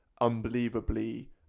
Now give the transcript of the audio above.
unbelievably